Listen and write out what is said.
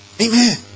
Amen